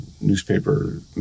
newspaper